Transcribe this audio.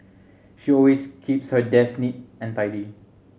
she always keeps her desk neat and tidy